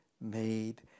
made